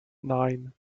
nine